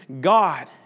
God